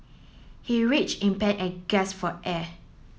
he reach in pain and gasp for air